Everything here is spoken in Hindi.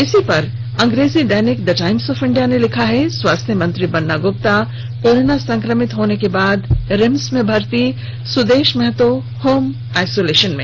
इसी पर अंग्रेजी दैनिक द टाईम्स ऑफ इंडिया ने लिखा है स्वास्थ्य मंत्री बन्ना गुप्ता कोरोना संक्रमित होने के बाद रिम्स में भर्ती सुदेष महतो होम आइसोलेशन में